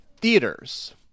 theaters